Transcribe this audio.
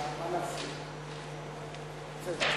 גברתי היושבת-ראש,